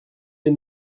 wir